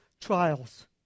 trials